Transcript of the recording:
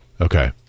Okay